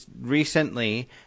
recently